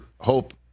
hope